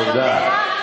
תודה.